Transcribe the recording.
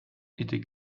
était